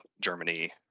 Germany